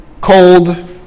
cold